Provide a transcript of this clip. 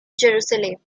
jerusalem